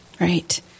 Right